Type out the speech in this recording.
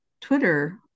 Twitter